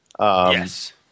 yes